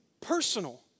personal